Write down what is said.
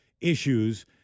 issues